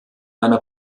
einer